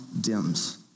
dims